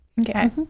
Okay